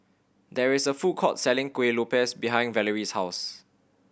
there is a food court selling Kueh Lopes behind Valarie's house